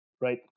right